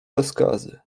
rozkazy